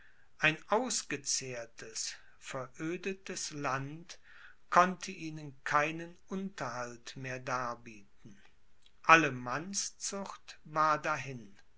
ein ausgezehrtes verödetes land konnte ihnen keinen unterhalt mehr darbieten alle mannszucht war dahin